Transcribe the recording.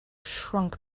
shrunk